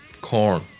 corn